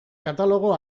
katalogo